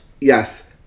Yes